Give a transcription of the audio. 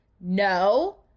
No